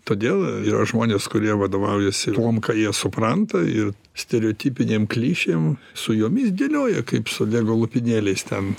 todėl yra žmonės kurie vadovaujasi tuom ką jie supranta ir stereotipinėm klišėm su jomis dėlioja kaip su lego lopinėliais ten